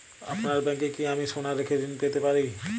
আপনার ব্যাংকে কি আমি সোনা রেখে ঋণ পেতে পারি?